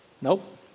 nope